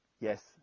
Yes